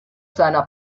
seiner